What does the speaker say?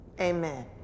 Amen